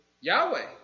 Yahweh